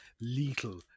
lethal